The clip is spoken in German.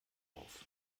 auf